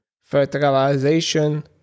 fertilization